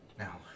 Now